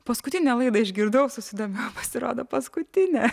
paskutinę laidą išgirdau susidomėjau pasirodo paskutinė